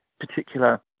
particular